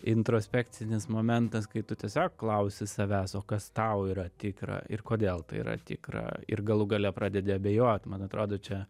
introspekcinis momentas kai tu tiesiog klausi savęs o kas tau yra tikra ir kodėl tai yra tikra ir galų gale pradedi abejoti man atrodo čia